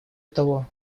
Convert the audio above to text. того